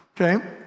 okay